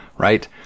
Right